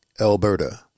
Alberta